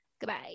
Goodbye